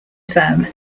firm